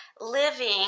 living